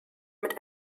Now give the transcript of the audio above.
mit